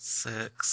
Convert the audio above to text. six